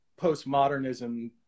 postmodernism